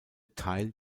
teil